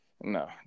no